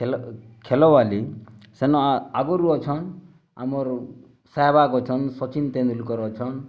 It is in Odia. ଖେଲ ବାଲି ସେନ ଆଗରୁ ଅଛନ୍ ଆମର୍ ସାହାବାଗ୍ ଅଛନ୍ ସଚିନ୍ ତେନ୍ଦୁଲକର୍ ଅଛନ୍